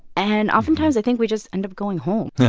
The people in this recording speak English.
and oftentimes, i think we just end up going home